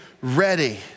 ready